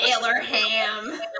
ham